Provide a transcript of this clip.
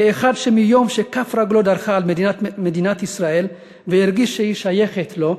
כאחד שמיום שכף רגלו דרכה על אדמת מדינת ישראל הרגיש שהיא שייכת לו,